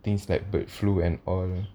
things like bird flu and all